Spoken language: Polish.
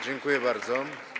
Dziękuję bardzo.